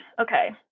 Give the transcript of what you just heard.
okay